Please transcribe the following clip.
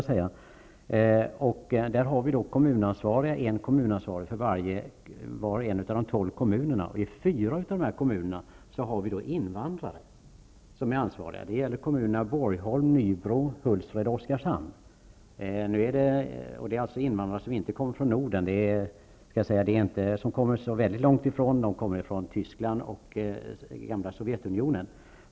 I Kalmar län har vi en kommunansvarig för var och en av de tolv kommunerna, och i fyra av de kommunerna har vi invandrare som är ansvariga. Det gäller kommunerna Borgholm, Nybro, Hultsfred och Oskarshamn. Det är invandrare som inte kommer från Norden -- låt vara att de inte kommer så väldigt långt ifrån; de kommer från Tyskland och det gamla Sovjetunionen.